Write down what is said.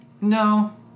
No